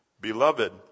Beloved